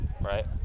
Right